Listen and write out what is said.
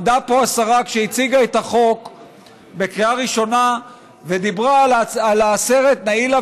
עמדה פה השרה כשהציגה את החוק בקריאה הראשונה ודיברה על הסרט "נאילה